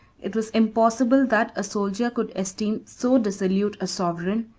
it was impossible that a soldier could esteem so dissolute a sovereign,